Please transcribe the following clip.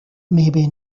maybe